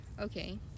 Okay